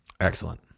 Excellent